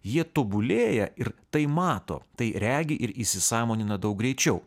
jie tobulėja ir tai mato tai regi ir įsisąmonina daug greičiau